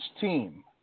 team